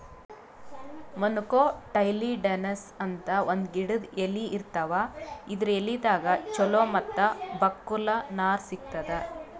monocotyledonous ಅಂತ್ ಒಂದ್ ಗಿಡದ್ ಎಲಿ ಇರ್ತಾವ ಇದರ್ ಎಲಿದಾಗ್ ಚಲೋ ಮತ್ತ್ ಬಕ್ಕುಲ್ ನಾರ್ ಸಿಗ್ತದ್